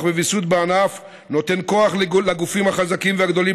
וויסות בענף נותנים כוח לגופים החזקים והגדולים,